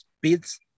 Beats